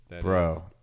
bro